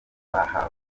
bahawe